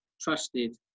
trusted